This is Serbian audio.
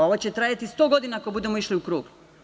Ovo će trajati sto godina ako budemo išli u krug.